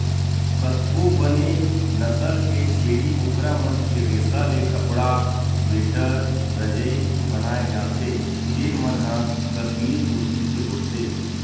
कतको बने नसल के छेरी बोकरा मन के रेसा ले कपड़ा, स्वेटर, रजई बनाए जाथे जेन मन ह कस्मीर कोती के होथे